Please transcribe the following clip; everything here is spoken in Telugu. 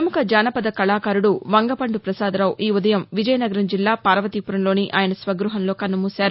ప్రముఖ జానపద కళాకారుడు వంగపండు ప్రసాదరావు ఈ ఉదయం విజయనగరం జిల్లా పార్వతీపురంలోని ఆయన స్వగ్బహంలో కన్నుమూశారు